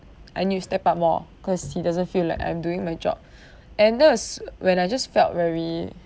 I need to step up more cause he doesn't feel like I'm doing my job and that was when I just felt very